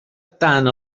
tant